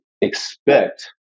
expect